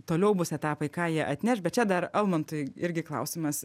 toliau bus etapai ką jie atneš bet čia dar almantui irgi klausimas